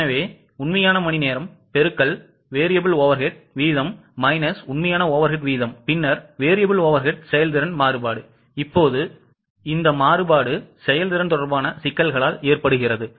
எனவே உண்மையான மணிநேரம் பெருக்கல் variable overhead வீதம் மைனஸ் உண்மையான overhead வீதம் பின்னர் variable overhead செயல்திறன் மாறுபாடுஇப்போது இந்த மாறுபாடு செயல்திறன் தொடர்பான சிக்கல்களால் ஏற்படுகிறது